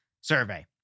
survey